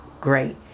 great